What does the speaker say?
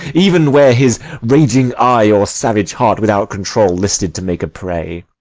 even where his raging eye or savage heart, without control, listed to make a prey.